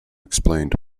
explained